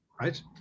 right